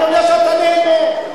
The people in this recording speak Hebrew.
אני יודע שאתה נהנה.